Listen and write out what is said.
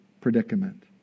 predicament